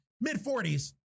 mid-40s